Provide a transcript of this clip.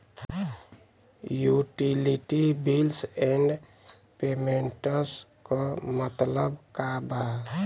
Utility bills and payments क मतलब का बा?